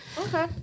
okay